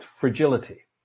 fragility